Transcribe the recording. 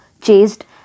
chased